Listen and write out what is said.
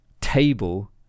table